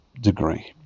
degree